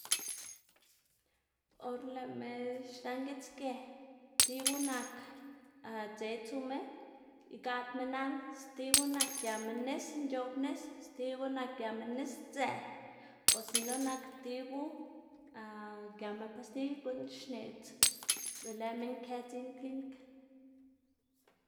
or lëꞌma xlan gitsge tibu nak dzeꞌ tsuma igaꞌdma nal stibu giama nis nc̲h̲oꞌb nis, stibu nak giama nis dzëꞌ o si no nak tibu giama pastiy guꞌn xneꞌdz be lë minn kë dziꞌn klinika.